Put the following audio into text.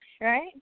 Right